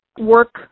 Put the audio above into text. work